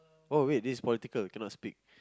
oh wait this is political cannot speak